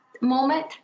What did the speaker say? moment